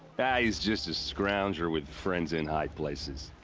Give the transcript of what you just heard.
ah, he's just a scrounger with friends in high places.